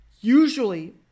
usually